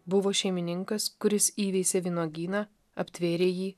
buvo šeimininkas kuris įveisė vynuogyną aptvėrė jį